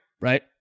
right